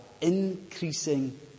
increasing